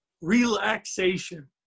relaxation